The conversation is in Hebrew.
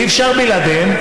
אי-אפשר בלעדיהן,